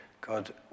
God